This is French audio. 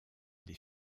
des